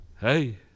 Hey